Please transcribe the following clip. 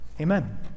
Amen